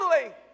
family